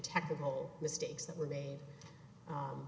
technical mistakes that were made